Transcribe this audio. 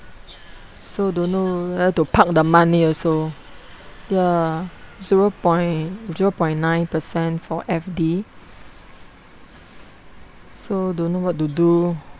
so don't know where to park the money also ya zero point zero point nine percent for F_D so don't know what to do